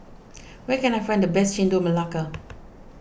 where can I find the best Chendol Melaka